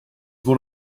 one